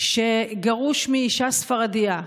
שגרוש מאישה ספרדייה,